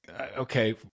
okay